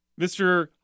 Mr